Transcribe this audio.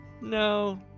No